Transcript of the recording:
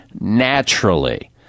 naturally